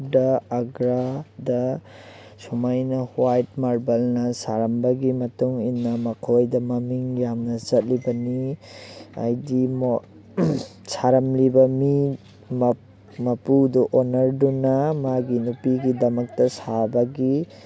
ꯗ ꯑꯒ꯭ꯔꯥꯗ ꯁꯨꯃꯥꯏꯅ ꯍ꯭ꯋꯥꯏꯠ ꯃꯥꯔꯕꯜꯅ ꯁꯥꯔꯝꯕꯒꯤ ꯃꯇꯨꯡꯏꯟꯅ ꯃꯈꯣꯏꯗ ꯃꯃꯤꯡ ꯌꯥꯝꯅ ꯆꯠꯂꯤꯕꯅꯤ ꯍꯥꯏꯗꯤ ꯁꯥꯔꯝꯂꯤꯕ ꯃꯤ ꯃꯄꯨꯗꯨ ꯑꯣꯟꯅꯔꯗꯨꯅ ꯃꯥꯒꯤ ꯅꯨꯄꯤꯒꯤꯗꯃꯛꯇ ꯁꯥꯕꯒꯤ